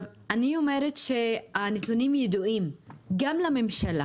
הנתונים ידועים לממשלה.